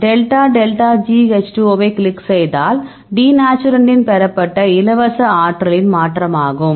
delta delta G H 2 O ஐக் click செய்தால் டிநேச்சுரண்ட்டின் பெறப்பட்ட இலவச ஆற்றலின் மாற்றமாகும்